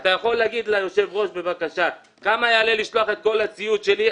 אתה יכול להגיד בבקשה ליושב-ראש כמה יעלה לשלוח את כל הציוד שלי,